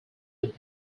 would